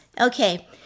Okay